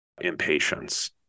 impatience